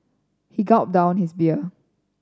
he gulped down his beer